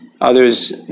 others